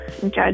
judge